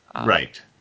Right